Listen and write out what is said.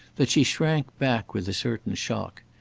that she shrank back with a certain shock.